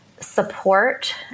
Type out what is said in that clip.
Support